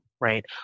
right